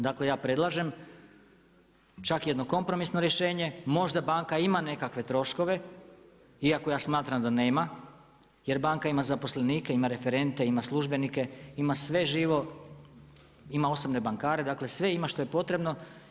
Dakle, ja predlažem čak i jedno kompromisno rješenje, možda banaka ima nekakve troškove, iako ja smatram da nema, jer banka ima zaposlenike, ima referente, ima službenike, ima sve živo, ima osobne bankare, dakle, sve ima što je potrebno.